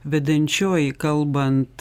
vedančioji kalbant